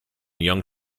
young